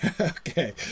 okay